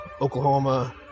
Oklahoma